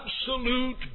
absolute